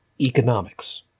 economics